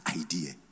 idea